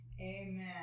Amen